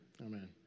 Amen